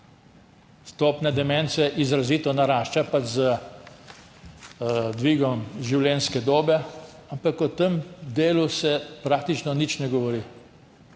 Stopnja demence izrazito narašča z dvigom življenjske dobe, ampak o tem delu se praktično nič ne govori.